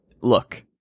look